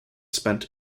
spent